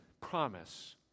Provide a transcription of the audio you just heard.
promise